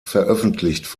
veröffentlicht